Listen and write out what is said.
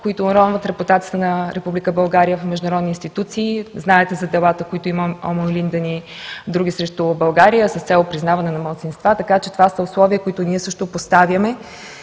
които уронват репутацията на Република България в международни институции. Знаете за делата, които има ОМО „Илинден“ и други срещу България, с цел признаване на малцинства. Така че това са условия, които ние също поставяме